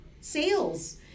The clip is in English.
sales